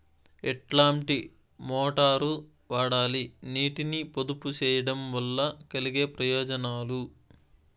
ఎట్లాంటి మోటారు వాడాలి, నీటిని పొదుపు సేయడం వల్ల కలిగే ప్రయోజనాలు?